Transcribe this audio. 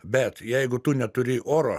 bet jeigu tu neturi oro